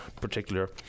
particular